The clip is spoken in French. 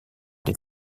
des